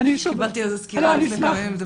קיבלתי על זה סקירה לפני כמה ימים.